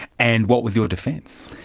and what was your defence?